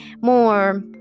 more